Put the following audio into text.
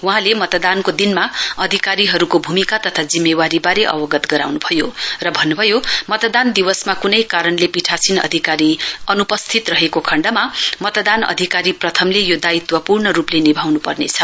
वहाँले मतदानको दिनमा अधिकारीहरूको भूमिका तथा जिम्मेवारी बारे अवगत गराउन् भयो र भन्न् भयो मतदान दिवसमा क्नै कारणले पीठासीन अधिकारी अन्पस्थित रहेको खण्डमा मतदान अधिकारी प्रथमले यो दायित्व पूर्ण रूपले निभाउन्पर्नेछ